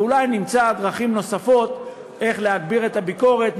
ואולי נמצא דרכים נוספות להגביר את הביקורת,